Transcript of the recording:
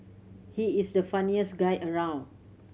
he is the funniest guy around